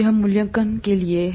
यह मूल्यांकन के लिए है